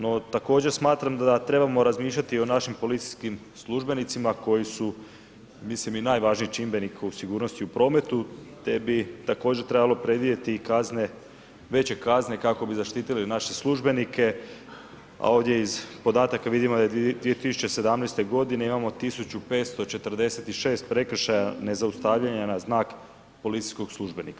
No, također smatram da trebamo razmišljati i o našim policijskim službenicima koji su, mislim i najvažniji čimbenik o sigurnosti u prometu, te bi također trebalo predvidjeti i kazne, veće kazne kako bi zaštitili naše službenike, a ovdje iz podataka vidimo da u 2017.g. imamo 1546 prekršaja na nezaustavljanja na znak policijskog službenika.